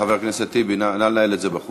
חבר הכנסת טיבי, נא לנהל את זה בחוץ.